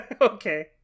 Okay